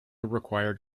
required